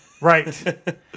right